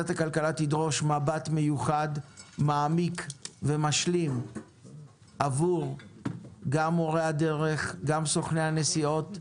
תדרוש מבט מיוחד מעמיק ומשלים עבור מורי הדרך וסוכני הנסיעות,